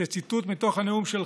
זה ציטוט מתוך הנאום שלך.